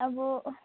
अब